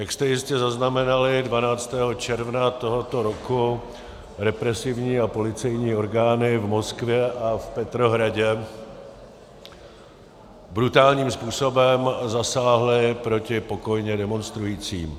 Jak jste jistě zaznamenali, 12. června tohoto roku represivní a policejní orgány v Moskvě a v Petrohradě brutálním způsobem zasáhly proti pokojně demonstrujícím.